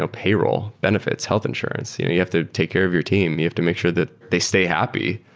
ah payroll, benefits, health insurance. you know you have to take care of your team. you have to make sure that they stay happy.